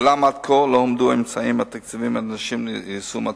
אולם עד כה לא הועמדו האמצעים התקציביים הנדרשים ליישום התוכנית.